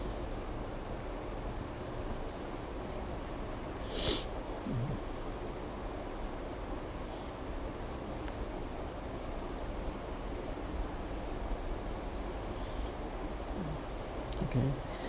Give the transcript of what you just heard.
okay